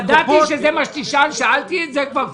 ידעתי שזה מה שתשאל, שאלתי את זה כבר קודם.